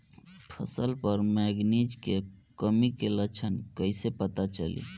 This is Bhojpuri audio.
फसल पर मैगनीज के कमी के लक्षण कईसे पता चली?